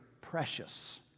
precious